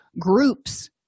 groups